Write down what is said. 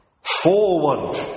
Forward